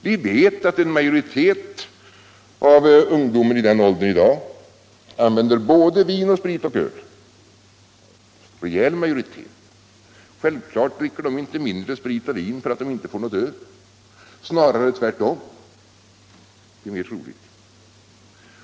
Vi vet att en majoritet av ungdomen i den åldern i dag använder vin, sprit och öl. Det är en rejäl majoritet! Självfallet dricker de inte mindre sprit och vin för att de inte får något öl — snarare tvärtom! Det är mer troligt.